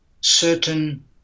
certain